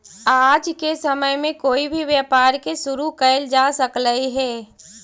आज के समय में कोई भी व्यापार के शुरू कयल जा सकलई हे